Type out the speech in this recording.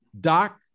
Doc